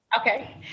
Okay